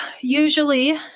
usually